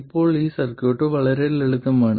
ഇപ്പോൾ ഈ സർക്യൂട്ട് വളരെ ലളിതമാണ്